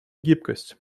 гибкость